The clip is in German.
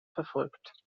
verfolgt